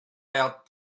out